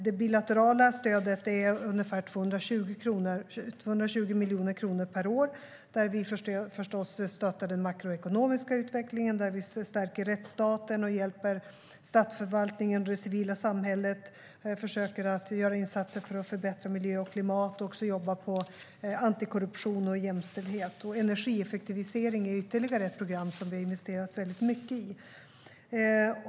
Det bilaterala stödet är ungefär 220 miljoner kronor per år. Vi stöttar förstås den makroekonomiska utvecklingen, stärker rättsstaten och hjälper statsförvaltningen och det civila samhället. Vi försöker göra insatser för att förbättra miljö och klimat och även jobba på antikorruption och jämställdhet. Energieffektivisering är ytterligare ett program vi har investerat väldigt mycket i.